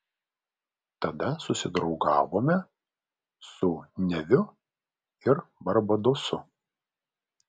tada susidraugavome su neviu ir barbadosu